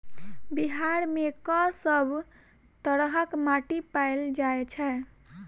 बिहार मे कऽ सब तरहक माटि पैल जाय छै?